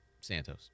Santos